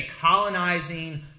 colonizing